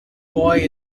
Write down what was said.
boy